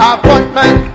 Appointment